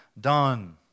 done